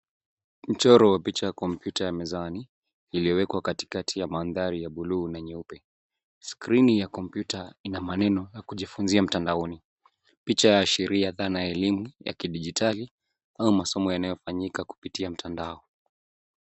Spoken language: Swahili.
Mchoro wa picha ya kompyuta ya mezani iliyowekwa katikati ya mandhari ya buluu na nyeupe. Skrini ya kompyuta ina maneno ya kujifunzia mtandaoni. Picha ya sheria dhana ya elimu ya kidijitali au masomo yanayofanyika kupitia mtandao.